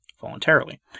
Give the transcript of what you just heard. voluntarily